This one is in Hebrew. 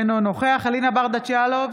אינו נוכח אלינה ברדץ' יאלוב,